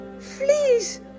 please